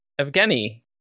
Evgeny